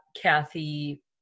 Kathy